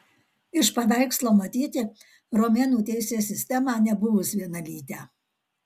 iš paveikslo matyti romėnų teisės sistemą nebuvus vienalytę